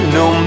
no